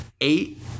eight